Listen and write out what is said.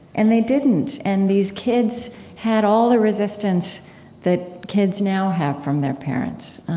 and they didn't. and these kids had all the resistance that kids now have from their parents.